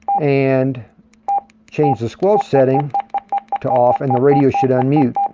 and change the squelch setting to off, and the radio should unmute.